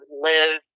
live